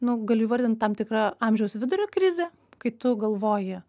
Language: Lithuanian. nu galiu įvardint tam tikra amžiaus vidurio krizė kai tu galvoji